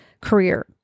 career